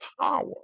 power